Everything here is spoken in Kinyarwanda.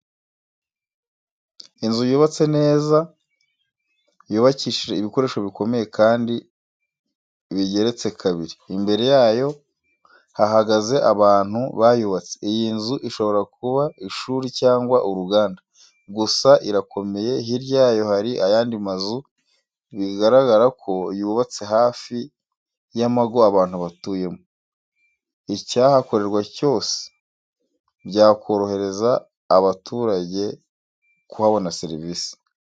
Inzu yubatse neza yubakishije ibikoresho bikomeye, kandi bigeretse kabiri, imbere yayo hahagaze abantu bayubatse, iyi nzu ishobora kuba ishuri cyangwa uruganda. Gusa irakomeye, hirya yayo hari ayandi mazu, bigaragara ko yubatse hafi y'amago abantu batuyemo. Icyahakorerwa cyose, byakorohereza abaturage kuhabona serivise.